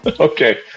Okay